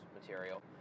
material